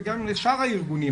וגם לשאר הארגונים,